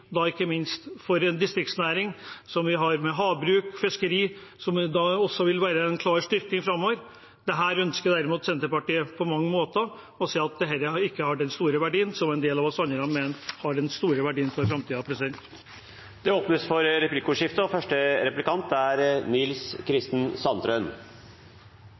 da også vil være en klar styrking av framover? Dette ønsker derimot Senterpartiet på mange måter å si ikke har den store verdien for framtiden som en del av oss andre mener det har. Det blir replikkordskifte. Demokratiet i Norge, Stortinget, har bestemt at bestandsmålet for ulv skal være mellom 4 og 6 ynglinger årlig. Nå er